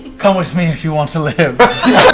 come with me if you want to live.